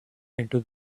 into